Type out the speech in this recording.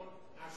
זה לא נכון.